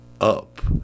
up